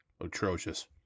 atrocious